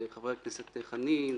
לחברי הכנסת חנין,